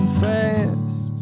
fast